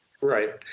Right